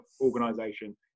organization